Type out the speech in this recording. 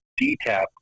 DTAP